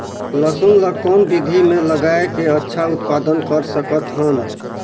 लसुन ल कौन विधि मे लगाय के अच्छा उत्पादन कर सकत हन?